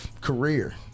Career